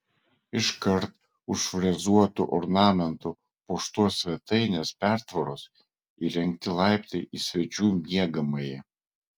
iškart už frezuotu ornamentu puoštos svetainės pertvaros įrengti laiptai į svečių miegamąjį